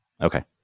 Okay